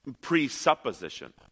presupposition